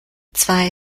zwei